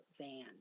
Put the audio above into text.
van